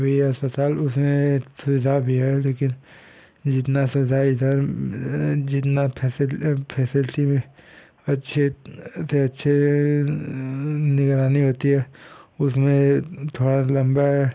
वही अस्पताल उसमें सुविधा भी है लेकिन जितना सुविधा इधर जितना फैसिल फैसिलटी में अच्छे ते अच्छे निगरानी होती है उसमें थोड़ा लम्बा